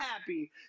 happy